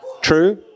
true